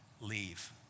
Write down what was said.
leave